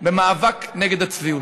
במאבק נגד הצביעות.